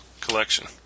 collection